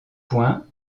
points